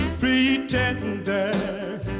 Pretender